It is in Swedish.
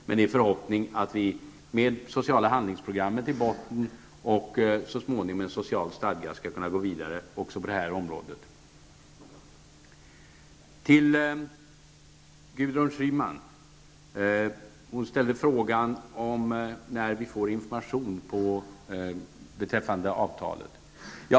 Men det är vår förhoppning att vi med det sociala handlingsprogrammet i botten och så småningom med en social stadga skall kunna gå vidare även på detta område. Gudrun Schyman ställde frågan när vi får information beträffande avtalet.